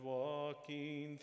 walking